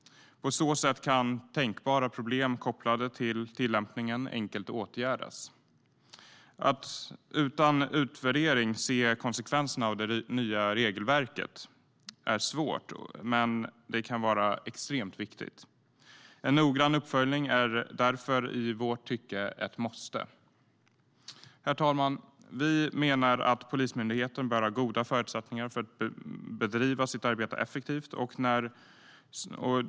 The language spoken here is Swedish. På så sätt kan tänkbara problem kopplade till tillämpningen enkelt åtgärdas. Att utan utvärdering se konsekvenserna av det nya regelverket är svårt, men det kan vara extremt viktigt. En noggrann uppföljning är därför, i vårt tycke, ett måste. Herr talman! Vi menar att Polismyndigheten bör ha goda förutsättningar för att bedriva sitt arbete effektivt.